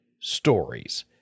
stories